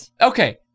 okay